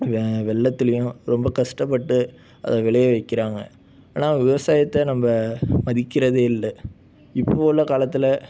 வெ வெள்ளத்துலேயும் ரொம்ப கஷ்டப்பட்டு அதை விளையவைக்குறாங்க ஆனால் விவசாயத்தை நம்ம மதிக்கிறதே இல்லை இப்போது உள்ள காலத்தில்